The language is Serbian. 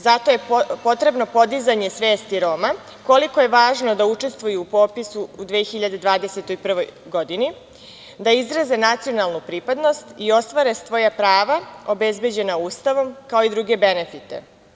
Zato je potrebno podizanje svesti Roma koliko je važno da učestvuju u popisu u 2021. godini, da izraze nacionalnu pripadnost i ostvare svoja prava obezbeđena Ustavom, kao i druge benefite.